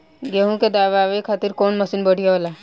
गेहूँ के दवावे खातिर कउन मशीन बढ़िया होला?